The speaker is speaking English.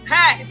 Hey